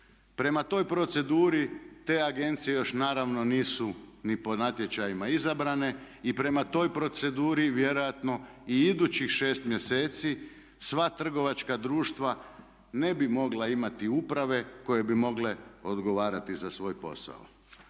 Prema toj proceduri te agencije još naravno nisu ni po natječajima izabrane i prema toj proceduri vjerojatno i idućih 6 mjeseci sva trgovačka društva ne bi mogla imati uprave koje bi mogle odgovarati za svoj posao.